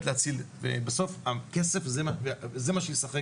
להציל --- בסוף הכסף זה מה שישחק